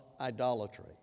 idolatry